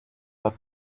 that